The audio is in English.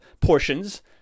portions